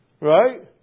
right